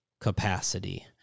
capacity